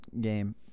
game